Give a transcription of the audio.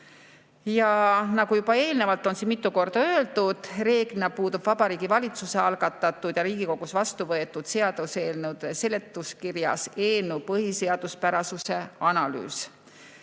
Nagu juba eelnevalt on siin mitu korda öeldud, reeglina puudub Vabariigi Valitsuse algatatud ja Riigikogus vastuvõetud seaduse eelnõu seletuskirjas eelnõu põhiseaduspärasuse analüüs.